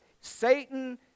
satan